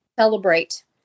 Celebrate